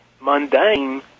mundane